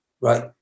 right